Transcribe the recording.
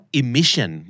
emission